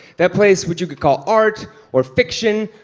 that place which you could call art or fiction.